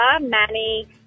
Manny